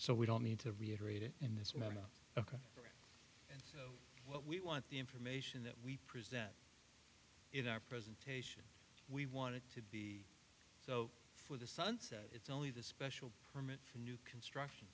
so we don't need to reiterate it in this memo ok what we want the information that we present in our presentation we want it to be so for the sunset it's only the special permit for new construction